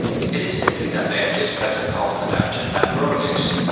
it is simply that they are just better cold-adapted than broadleafs,